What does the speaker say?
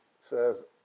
says